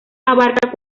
abarca